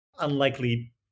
unlikely